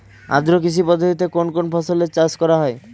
আদ্র কৃষি পদ্ধতিতে কোন কোন ফসলের চাষ করা হয়?